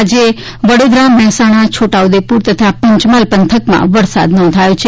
આજે વડોદરા મહેસાણા છોટાઉદેપુર તથા પંચમહાલ પંથકમાં વરસાદ નોંધાયો છે